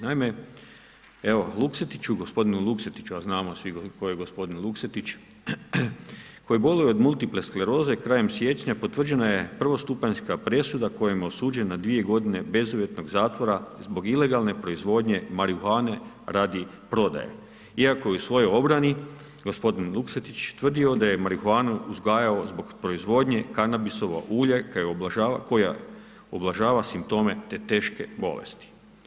Naime, Luksetiću, gospodinu Luksetiću, a znamo svi tko je gospodin Luksetić, koji boluje od multipleskleroze, krajem siječnja, potvrđena je prvostupanjska presuda, kojem je osuđen na 2 g. bezuvjetnog zatvora zbog ilegalne proizvodnje marihuane radi prodaje, iako je u svojoj obrani, gospodin Luksetić tvrdio da je marihuanu uzgajao zbog proizvodnje kanabisova ulja, koja ublažava simptome te teške bolesti.